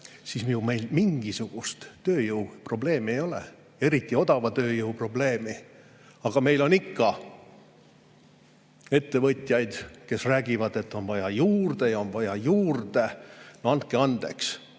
Meil ju mingisugust tööjõuprobleemi ei ole, eriti odava tööjõu probleemi. Aga meil on ikka ettevõtjaid, kes räägivad, et on vaja inimesi juurde, on vaja juurde. No andke andeks!